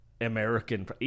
American –